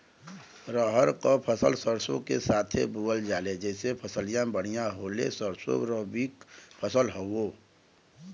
रहर क फसल सरसो के साथे बुवल जाले जैसे फसलिया बढ़िया होले सरसो रबीक फसल हवौ